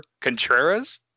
Contreras